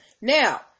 Now